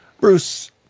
Bruce